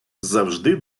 завжди